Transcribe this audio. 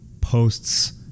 posts